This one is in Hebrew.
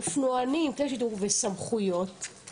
אופנוענים, כלי שיטור וסמכויות זה